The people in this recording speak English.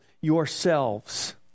yourselves